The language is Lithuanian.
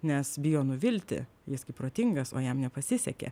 nes bijo nuvilti jis gi protingas o jam nepasisekė